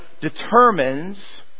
determines